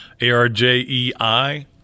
A-R-J-E-I